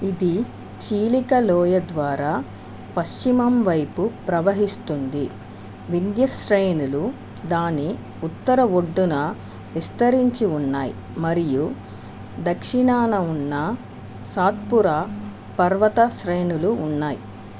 ఇది చీలిక లోయ ద్వారా పశ్చిమం వైపు ప్రవహిస్తుంది వింధ్య శ్రేణులు దాని ఉత్తర ఒడ్డున విస్తరించి ఉన్నాయి మరియు దక్షిణాన ఉన్న సత్పురా పర్వత శ్రేణులు ఉన్నాయి